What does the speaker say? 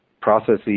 processes